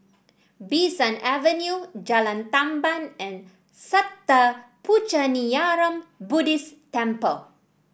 Bee San Avenue Jalan Tamban and Sattha Puchaniyaram Buddhist Temple